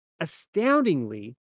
Astoundingly